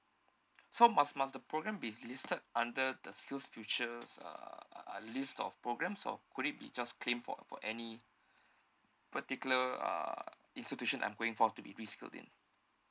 so must must the program be listed under the skills futures uh uh list of programs or could it be just claimed for for any particular uh institution I'm going for to be in